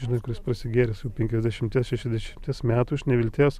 žinai kuris prasigėręs jau penkiasdešimties šešiasdešimties metų iš nevilties